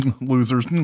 losers